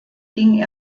ging